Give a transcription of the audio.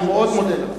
אני מאוד מודה לך.